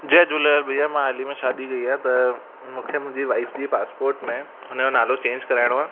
जय झूलेलाल भैया मां हाल ई में शादी कई आहे त मूंखे मुंहिंजी वाइफ जी पासपोट में हुनजो नालो चेंज कराइणो आहे